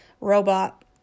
robot